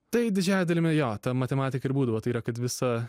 tai didžiąja dalimi jo matematika ir būdavo tai yra kad visa